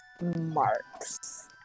marks